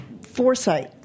foresight